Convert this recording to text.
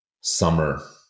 summer